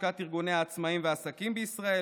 לשכת ארגוני העצמאים והעסקים בישראל,